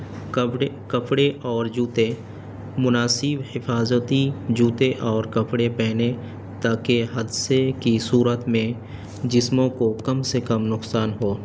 کپڑے کپڑے اور جوتے مناسب حفاظتی جوتے اور کپڑے پہنے تاکہ حادثے کی صورت میں جسموں کو کم سے کم نقصان ہو